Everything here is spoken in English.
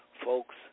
folks